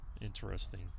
Interesting